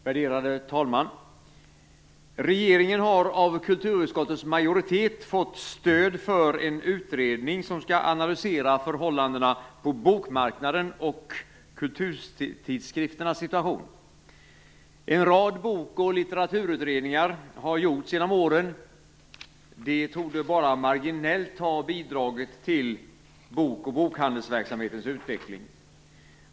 Värderade talman! Regeringen har av kulturutskottets majoritet fått stöd för en utredning som skall analysera förhållandena på bokmarknaden och kulturtidskrifternas situation. En rad bok och litteraturutredningar har gjorts genom åren. De torde bara marginellt ha bidragit till bok och bokhandelsverksamhetens utveckling.